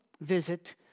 visit